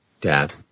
dad